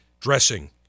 dressing